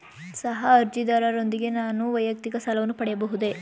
ಸಹ ಅರ್ಜಿದಾರರೊಂದಿಗೆ ನಾನು ವೈಯಕ್ತಿಕ ಸಾಲವನ್ನು ಪಡೆಯಬಹುದೇ?